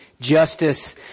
justice